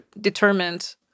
determined